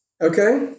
Okay